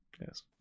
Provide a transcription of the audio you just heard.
Yes